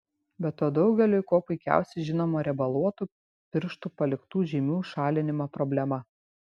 be to daugeliui kuo puikiausiai žinoma riebaluotų pirštų paliktų žymių šalinimo problema